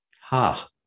Ha